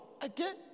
again